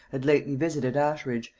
had lately visited ashridge,